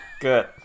good